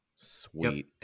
Sweet